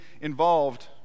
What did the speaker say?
involved